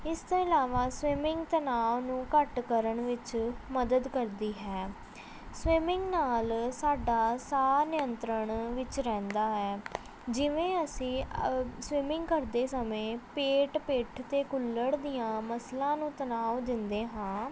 ਇਸ ਤੋਂ ਇਲਾਵਾ ਸਵਿਮਿੰਗ ਤਨਾਵ ਨੂੰ ਘੱਟ ਕਰਨ ਵਿੱਚ ਮਦਦ ਕਰਦੀ ਹੈ ਸਵਿਮਿੰਗ ਨਾਲ ਸਾਡਾ ਸਾਹ ਨਿਯੰਤਰਣ ਵਿੱਚ ਰਹਿੰਦਾ ਹੈ ਜਿਵੇਂ ਅਸੀਂ ਸਵਿਮਿੰਗ ਕਰਦੇ ਸਮੇਂ ਪੇਟ ਪਿੱਠ ਅਤੇ ਕੁੱਲ੍ਹੜ ਦੀਆਂ ਮਸਲਾਂ ਨੂੰ ਤਨਾਵ ਦਿੰਦੇ ਹਾਂ